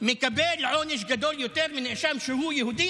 מקבל עונש גדול יותר מנאשם שהוא יהודי,